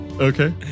Okay